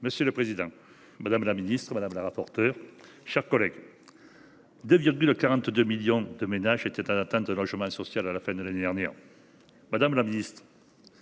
Monsieur le président, madame la ministre, mes chers collègues, 2,42 millions de ménages étaient en attente d’un logement social à la fin de l’année dernière.